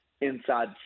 inside